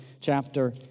chapter